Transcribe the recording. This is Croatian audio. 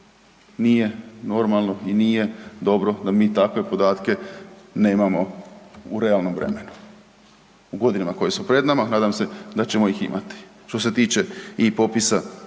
Nije normalno i nije dobro da mi takve podatke nemamo u realnom vremenu. U godinama koje su pred nama nadam se da ćemo ih imati,